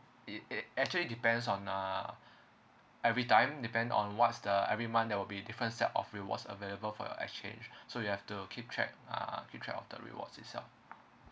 it it actually depends on uh every time depend on what's the every month there will be different set of rewards available for your exchange so you have to keep track uh keep track of the rewards itself